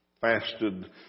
fasted